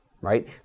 right